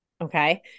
okay